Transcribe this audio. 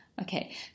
Okay